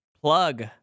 plug